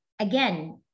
again